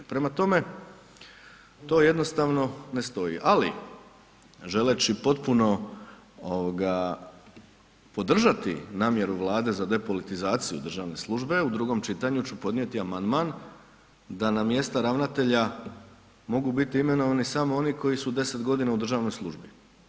Prema tome, to jednostavno ne stoji ali želeći potpuno podržati namjeru Vlade za depolitizaciju državne službe u drugom čitanju ću podnijeti amandman da na mjesta ravnatelja mogu biti imenovani samo oni koji su 10 g. u državnoj službi.